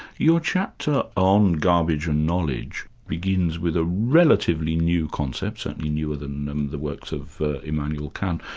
your chapter on garbage and knowledge begins with a relatively new concept, certainly newer than the works of immanuel kant,